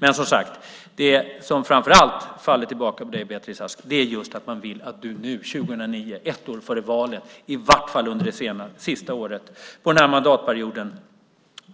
Men det som framför allt faller tillbaka på dig, Beatrice Ask, är just att man vill att du nu, 2009, ett år före valet, i varje fall under det sista året på den här mandatperioden